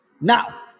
Now